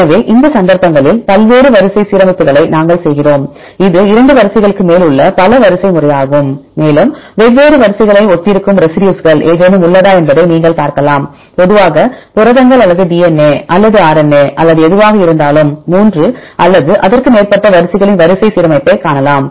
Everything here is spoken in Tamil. எனவே இந்த சந்தர்ப்பங்களில் பல்வேறு வரிசை சீரமைப்புகளை நாங்கள் செய்கிறோம் இது 2 வரிசைகளுக்கு மேல் உள்ள பல வரிசைமுறையாகும் மேலும் வெவ்வேறு வரிசைகளில் ஒத்திருக்கும் ரெசிடியூஸ்கள் ஏதேனும் உள்ளதா என்பதை நீங்கள் பார்க்கலாம் பொதுவாக புரதங்கள் அல்லது DNA அல்லது RNA அல்லது எதுவாக இருந்தாலும் 3 அல்லது அதற்கு மேற்பட்ட வரிசைகளின் வரிசை சீரமைப்பைக் காணலாம்